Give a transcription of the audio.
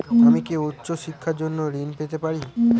আমি কি উচ্চ শিক্ষার জন্য ঋণ পেতে পারি?